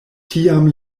tiam